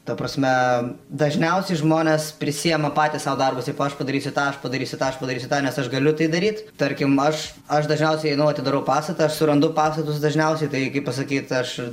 ta prasme dažniausiai žmonės prisiima patys sau darbus ir paš padarysiu tą padarysiu tą aš padarysiu tai nes aš galiu tai daryt tarkim aš aš dažniausiai einu atidarau pastatą aš surandu pastatus dažniausiai tai kaip pasakyt aš